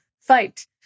fight